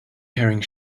carrying